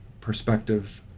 perspective